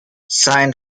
sein